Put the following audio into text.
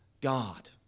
God